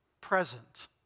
present